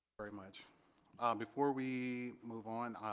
very much before we move on